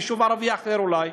ביישוב ערבי אחר אולי.